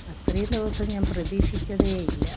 അത്രയും ദിവസം ഞാന് പ്രതീക്ഷിച്ചതേ ഇല്ല